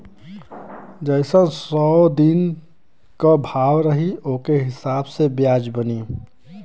जइसन जौन दिन क भाव रही ओके हिसाब से बियाज बनी